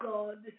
God